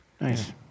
Nice